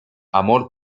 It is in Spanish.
amor